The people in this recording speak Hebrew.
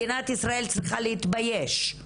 מדינת ישראל צריכה להתבייש.